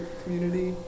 community